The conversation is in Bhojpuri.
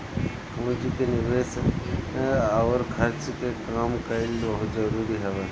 पूंजी के निवेस अउर खर्च के काम कईल बहुते जरुरी हवे